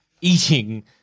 eating